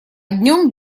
днём